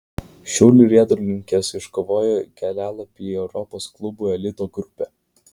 šiaulių riedulininkės iškovojo kelialapį į europos klubų elito grupę